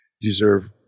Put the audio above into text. deserve